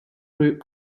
group